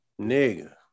Nigga